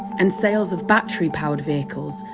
and sales of battery-powered vehicles,